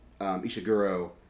Ishiguro